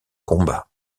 combat